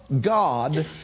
God